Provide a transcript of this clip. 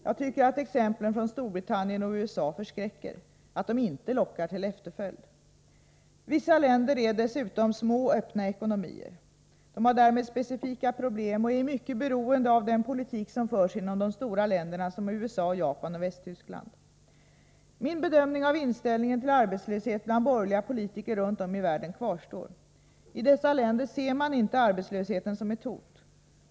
Jag tycker att exemplen Storbritannien och USA förskräcker —- inte att de lockar till efterföljd. Vissa länder är dessutom små öppna ekonomier. De har därmed specifika problem och är i mycket beroende av den politik som förs inom de stora länderna som USA, Japan och Västtyskland. Min bedömning av inställningen till arbetslöshet bland borgerliga politiker runt om i världen kvarstår. I dessa läger ser man inte arbetslösheten som ett hot.